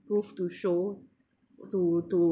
proof to show to to